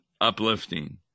uplifting